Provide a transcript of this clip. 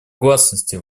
гласности